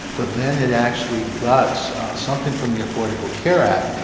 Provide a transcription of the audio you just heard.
but then it actually guts something from the affordable care act,